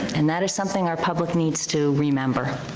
and that is something our public needs to remember.